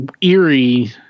eerie